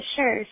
sure